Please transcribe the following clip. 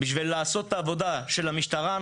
כדי לעשות את העבודה של המשטרה,